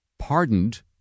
Pardoned